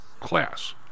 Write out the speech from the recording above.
class